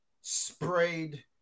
sprayed